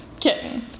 Kitten